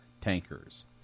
tankers